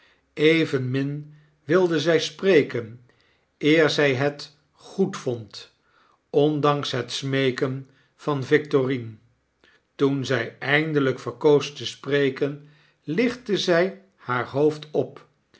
evenmin wilde zij spreken eer zy het goedvond ondanks het smeeken van victorine toen zy eindelyk verkoos te spreken lichtte zy haar hoofd op